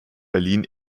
berlin